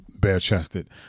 bare-chested